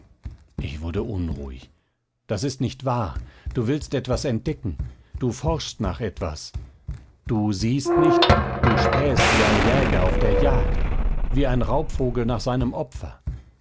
ich wurde unruhig das ist nicht wahr du willst etwas entdecken du forschst nach etwas du siehst nicht du spähst wie ein jäger auf der jagd wie ein raubvogel nach seinem opfer